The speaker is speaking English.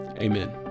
Amen